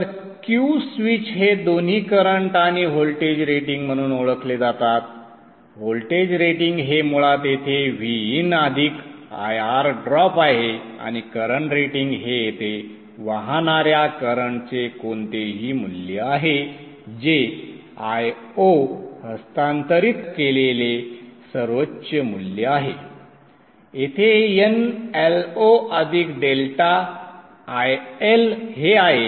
तर Q switch हे दोन्ही करंट आणि व्होल्टेज रेटिंग म्हणून ओळखले जातातव्होल्टेज रेटिंग हे मुळात येथे Vin अधिक IR ड्रॉप आहे आणि करंट रेटिंग हे येथे वाहणार्या करंटचे कोणतेही मूल्य आहे जे Io हस्तांतरित केलेले सर्वोच्च मूल्य आहे येथे nIo अधिक डेल्टा IL हे आहे